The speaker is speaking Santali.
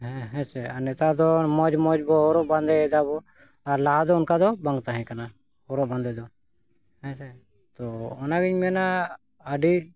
ᱦᱮᱸ ᱦᱮᱸ ᱥᱮ ᱱᱮᱛᱟᱨ ᱫᱚ ᱢᱚᱡᱽ ᱢᱚᱡᱽ ᱵᱚᱱ ᱦᱚᱨᱚᱜ ᱵᱟᱸᱫᱮᱭᱮᱫᱟ ᱵᱚᱱ ᱟᱨ ᱞᱟᱦᱟ ᱫᱚ ᱚᱱᱠᱟ ᱫᱚ ᱵᱟᱝ ᱛᱟᱦᱮᱸ ᱠᱟᱱᱟ ᱦᱚᱨᱚᱜ ᱵᱟᱸᱫᱮ ᱫᱚ ᱦᱮᱸ ᱥᱮ ᱛᱚ ᱚᱱᱟᱜᱤᱧ ᱢᱮᱱᱟ ᱟᱹᱰᱤ